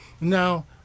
Now